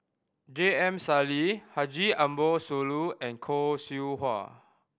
J M Sali Haji Ambo Sooloh and Khoo Seow Hwa